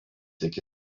iki